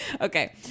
Okay